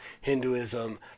Hinduism